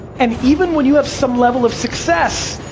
and even when you have some level of success,